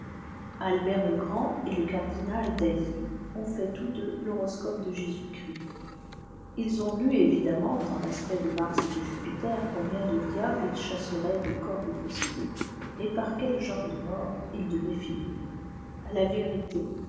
vingt albert le grand et le cardinal d'ailly ont fait tous deux l'horoscope de jésus-christ ils ont lu évidemment dans l'aspect de mars et de jupiter combien de diables il chasserait du corps des possédés et par quel genre de mort il devait finir a la vé